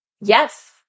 yes